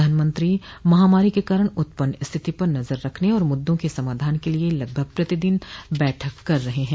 प्रधानमंत्री महामारी के कारण उत्पन्न स्थिति पर नजर रखने और मुद्दों के समाधान के लिए लगभग प्रत्येक दिन बैठक कर रहे हैं